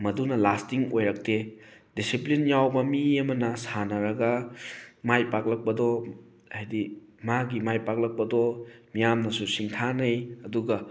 ꯃꯗꯨꯅ ꯂꯥꯁꯇꯤꯡ ꯑꯣꯏꯔꯛꯇꯦ ꯗꯤꯁꯤꯄ꯭ꯂꯤꯟ ꯌꯥꯎꯕ ꯃꯤ ꯑꯃꯅ ꯁꯥꯟꯅꯔꯒ ꯃꯥꯏ ꯄꯥꯛꯂꯛꯄꯗꯣ ꯍꯥꯏꯗꯤ ꯃꯥꯒꯤ ꯃꯥꯏ ꯄꯥꯛꯂꯛꯄꯗꯣ ꯃꯤꯌꯥꯝꯅꯁꯨ ꯁꯤꯡꯊꯥꯅꯩ ꯑꯗꯨꯒ